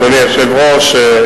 אדוני היושב-ראש,